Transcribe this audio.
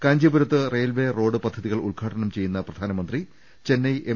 കാഞ്ചീപുരത്ത് railway road പദ്ധതികൾ ഉദ്ഘാടനം ചെയ്യുന്ന പ്രധാനമന്ത്രി ചെന്നൈ എം